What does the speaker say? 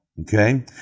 Okay